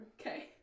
Okay